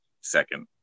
second